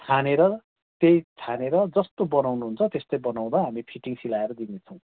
छानेर त्यही छानेर जस्तो बनाउनुहुन्छ तेस्तै बनाउँदा हामी फिटिङ सिलाएर दिनेछौँ